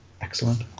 excellent